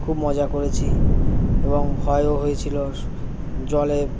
খুব মজা করেছি এবং ভয়ও হয়েছিলো জলে